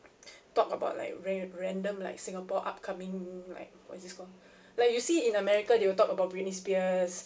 talk about like ra~ random like singapore upcoming like what is this called like you see in america they will talk about britney spears